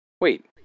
Wait